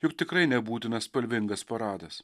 juk tikrai nebūtina spalvingas paradas